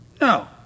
No